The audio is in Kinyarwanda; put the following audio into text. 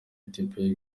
ethiopia